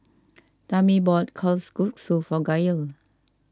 Tammi bought Kalguksu for Gael